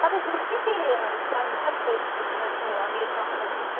तपाईँकोमा के के पाइन्छ फ्रेस फ्रेसमा चाहिँ अहिले हरियो साग सब्जीमा